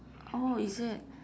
oh is it